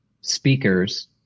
speakers